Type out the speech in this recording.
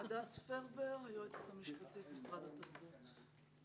הדס פרבר, היועצת המשפטית, משרד התרבות.